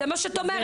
זה מה שאת אומרת.